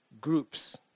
groups